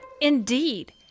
Indeed